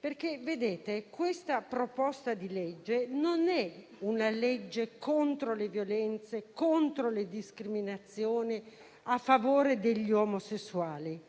perché, vedete, questa proposta di legge non è contro le violenze, contro le discriminazioni e a favore degli omosessuali.